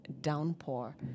downpour